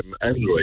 Android